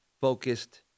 focused